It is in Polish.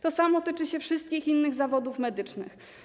To samo dotyczy wszystkich innych zawodów medycznych.